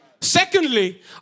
Secondly